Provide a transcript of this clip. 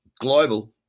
global